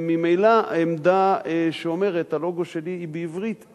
וממילא העמדה שאומרת: הלוגו שלי הוא בעברית היא,